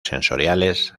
sensoriales